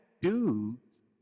dudes